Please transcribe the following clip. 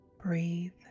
Breathe